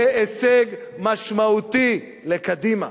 זה הישג משמעותי לקדימה.